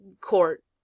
court